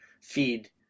feed